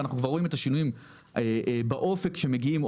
ואנחנו כבר רואים את השינויים שעוד מגיעים באופק.